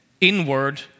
inward